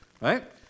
Right